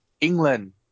England